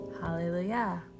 Hallelujah